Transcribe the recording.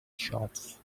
shorts